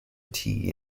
tea